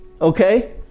okay